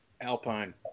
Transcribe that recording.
Alpine